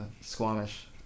Squamish